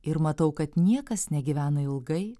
ir matau kad niekas negyvena ilgai